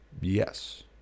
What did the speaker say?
Yes